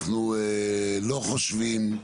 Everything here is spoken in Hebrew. אנחנו לא חושבים,